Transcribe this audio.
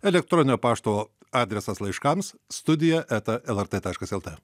elektroninio pašto adresas laiškams studija eta el er tė taškas el tė